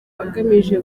agamije